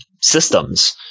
systems